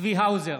צבי האוזר,